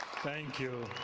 thank you